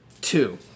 Two